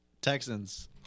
Texans